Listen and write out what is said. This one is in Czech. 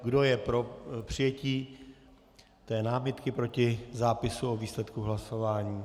Kdo je pro přijetí námitky proti zápisu o výsledku hlasování?